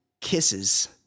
Kisses